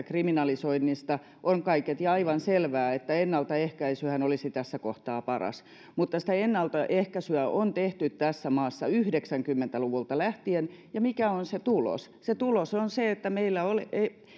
kriminalisoinnista on kaiketi aivan selvää että ennaltaehkäisyhän olisi tässä kohtaa paras mutta sitä ennaltaehkäisyä on tehty tässä maassa yhdeksänkymmentä luvulta lähtien ja mikä on tulos tulos on se että meillä